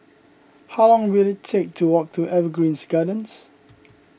how long will it take to walk to Evergreen Gardens